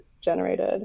generated